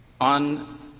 On